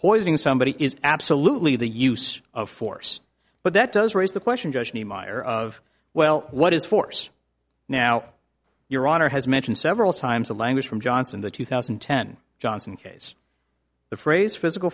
poisoning somebody is absolutely the use of force but that does raise the question just niemeyer of well what is force now your honor has mentioned several times the language from johnson the two thousand and ten johnson case the phrase physical